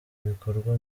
ibikorwa